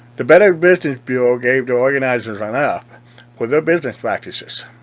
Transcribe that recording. the better business bureau gave the organizers an f for their business practices.